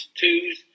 twos